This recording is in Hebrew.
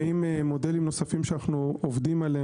ועם מודלים נוספים שאנו עובדים עליהם,